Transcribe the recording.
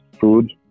food